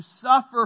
suffer